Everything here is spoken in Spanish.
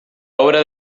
obra